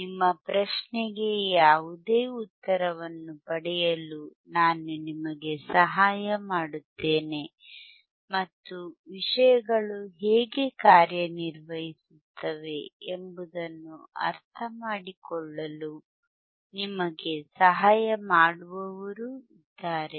ನಿಮ್ಮ ಪ್ರಶ್ನೆಗೆ ಯಾವುದೇ ಉತ್ತರವನ್ನು ಪಡೆಯಲು ನಾನು ನಿಮಗೆ ಸಹಾಯ ಮಾಡುತ್ತೇನೆ ಮತ್ತು ವಿಷಯಗಳು ಹೇಗೆ ಕಾರ್ಯನಿರ್ವಹಿಸುತ್ತವೆ ಎಂಬುದನ್ನು ಅರ್ಥಮಾಡಿಕೊಳ್ಳಲು ನಿಮಗೆ ಸಹಾಯ ಮಾಡುವವರೂ ಇದ್ದಾರೆ